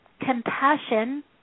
compassion